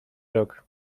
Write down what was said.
rok